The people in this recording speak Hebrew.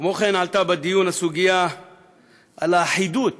כמו כן עלתה בדיון הסוגיה של האחידות